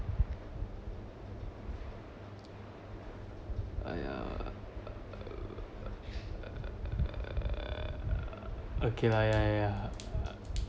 !aiya! okay lah ya ya ya